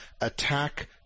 attack